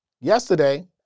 yesterday